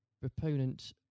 proponent